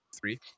three